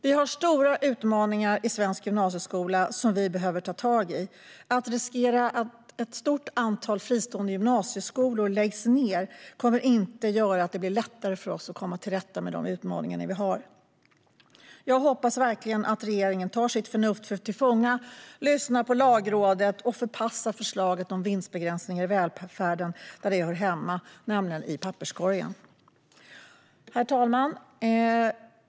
Vi har stora utmaningar i svensk gymnasieskola som vi behöver ta tag i. Att riskera att ett stort antal fristående gymnasieskolor läggs ned kommer inte att göra det lättare för oss att komma till rätta med de utmaningar vi har. Jag hoppas verkligen att regeringen tar sitt förnuft till fånga, lyssnar på Lagrådet och förpassar förslaget om vinstbegränsningar i välfärden dit där det hör hemma, nämligen i papperskorgen. Herr talman!